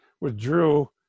withdrew